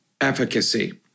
efficacy